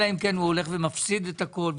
אלא אם כן הוא הולך ומפסיד את הכל.